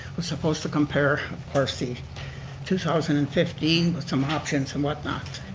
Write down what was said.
was supposed to compare, of course the two thousand and fifteen with some options and whatnot.